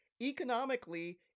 Economically